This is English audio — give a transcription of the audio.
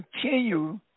continue